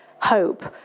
hope